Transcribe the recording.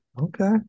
Okay